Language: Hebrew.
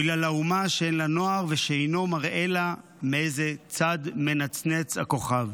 אוי לה לאומה שאין לה נוער ושאינו מראה לה מאיזה צד מנצנץ הכוכב".